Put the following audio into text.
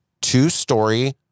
two-story